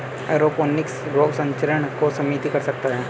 aeroponics रोग संचरण को सीमित कर सकता है